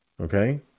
okay